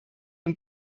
und